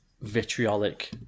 vitriolic